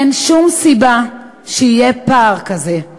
אין שום סיבה שיהיה פער כזה.